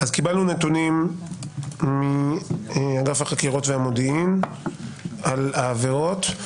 קיבלנו נתונים מאגף החקירות והמודיעין על העבירות.